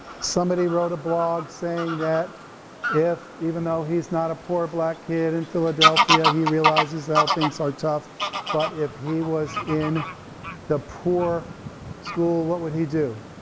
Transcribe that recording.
somebody wrote a blog saying that if even though he's not a poor black kid in philadelphia, he realizes how things are tough but if he was in the poor school, what would he do?